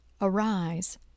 arise